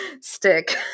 Stick